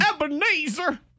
Ebenezer